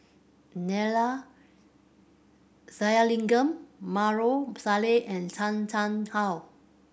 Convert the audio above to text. Neila Sathyalingam Maarof Salleh and Chan Chang How